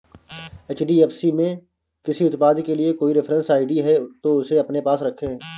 HDFC में किसी उत्पाद के लिए कोई रेफरेंस आई.डी है, तो उसे अपने पास रखें